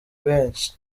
benshi